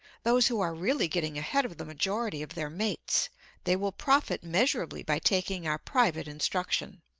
those who are really getting ahead of the majority of their mates they will profit measurably by taking our private instruction.